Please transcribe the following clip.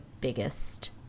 biggest